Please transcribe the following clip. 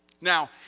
Now